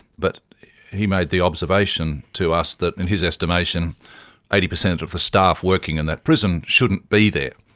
but he made the observation to us that in his estimation eighty percent of the staff working in that prison shouldn't be there.